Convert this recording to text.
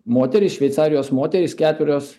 moterys šveicarijos moterys keturios